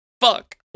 Fuck